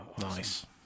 Nice